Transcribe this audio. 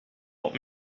wat